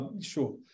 Sure